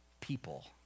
people